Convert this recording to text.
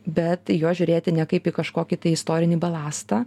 bet į juos žiūrėti ne kaip į kažkokį tai istorinį balastą